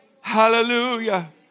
Hallelujah